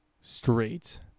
straight